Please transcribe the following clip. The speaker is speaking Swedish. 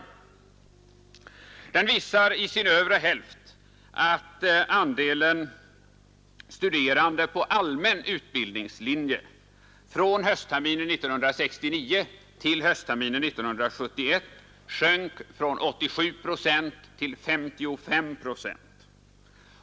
Tabellen visar i sin övre hälft att andelen studerande på allmän utbildningslinje från höstterminen 1969 till höstterminen 1971 sjönk från 87 till 55 procent.